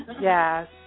Yes